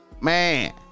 Man